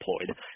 employed